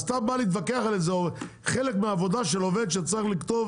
אז אתה בא להתווכח על חלק מעבודה של איזשהו עובד שצריך לכתוב